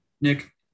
Nick